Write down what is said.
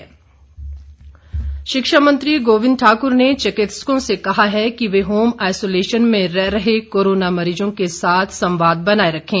गोविंद ठाकुर शिक्षा मंत्री गोविंद ठाकुर ने चिकित्सों से कहा है कि वे होम आईसोलेशन में रह रहे कोरोना मरीजों के साथ संवाद बनाये रखें